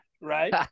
right